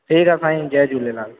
ठीकु आहे साईं जय झूलेलाल